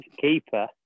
keeper